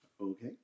okay